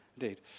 Indeed